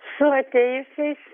su atėjusiais